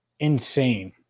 insane